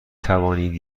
توانید